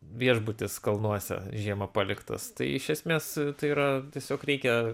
viešbutis kalnuose žiemą paliktas tai iš esmės tai yra tiesiog reikia